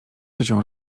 ciocią